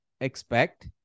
expect